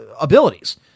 abilities